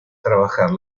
trabajar